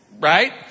Right